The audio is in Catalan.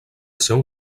seu